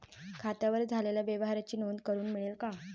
खात्यावर झालेल्या व्यवहाराची नोंद करून मिळेल का?